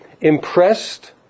impressed